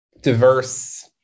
diverse